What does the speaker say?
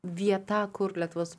vieta kur lietuvos